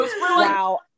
Wow